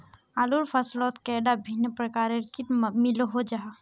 आलूर फसलोत कैडा भिन्न प्रकारेर किट मिलोहो जाहा?